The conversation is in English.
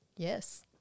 Yes